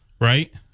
Right